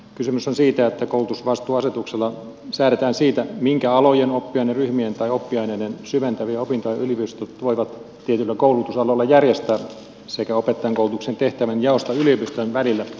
kysymys on siitä että koulutusvastuuasetuksella säädetään siitä minkä alojen oppiaineryhmien tai oppiaineiden syventäviä opintoja yliopistot voivat tietyillä koulutusaloilla järjestää sekä opettajainkoulutuksen tehtävänjaosta yliopistojen välillä